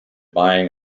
buying